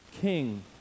king